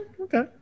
Okay